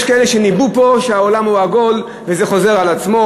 יש כאלה שניבאו פה שהעולם הוא עגול וזה חוזר על עצמו: